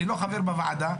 אני לא חבר בוועדה,